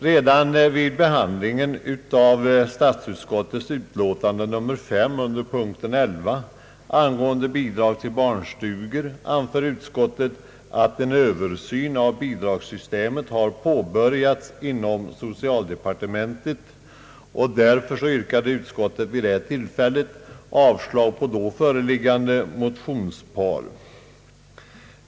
Redan i statsutskottets utlåtande nr 5 under punkten 11 angående bidrag till barnstugor anförde utskottet att en översyn av bidragssystemet har påbörjats inom socialdepartementet. Därför yrkade utskottet vid det tillfället avslag på då föreliggande motionspar.